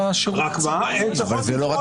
רק מה, הן צריכות לפעול --- זה לא רק